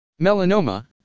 Melanoma